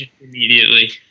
Immediately